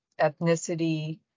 ethnicity